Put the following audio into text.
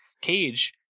cage